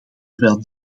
terwijl